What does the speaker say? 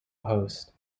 host